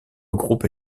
groupes